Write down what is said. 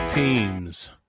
Teams